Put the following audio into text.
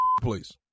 please